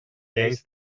lleis